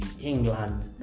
England